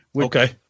Okay